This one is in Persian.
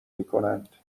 میکنند